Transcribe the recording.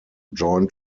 join